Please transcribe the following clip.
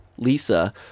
Lisa